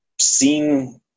seen